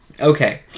Okay